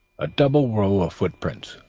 a double row of footprints,